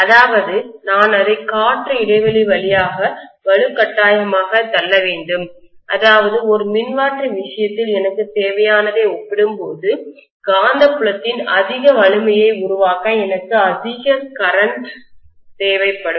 அதாவது நான் அதை காற்று இடைவெளி வழியாக வலுக்கட்டாயமாகத் தள்ள வேண்டும் அதாவது ஒரு மின்மாற்றி விஷயத்தில் எனக்குத் தேவையானதை ஒப்பிடும்போது காந்தப்புலத்தின் அதிக வலிமையை உருவாக்க எனக்கு அதிக கரண்ட்மின்னோட்டம் தேவைப்படும்